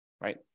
right